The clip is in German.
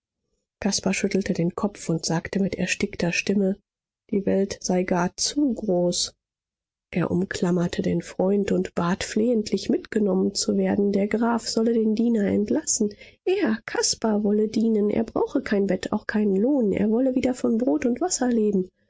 caspar schüttelte den kopf und sagte mit erstickter stimme die welt sei gar zu groß er umklammerte den freund und bat flehentlich mitgenommen zu werden der graf solle den diener entlassen er caspar wolle dienen er brauche kein bett auch keinen lohn er wolle wieder von brot und wasser leben